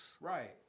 Right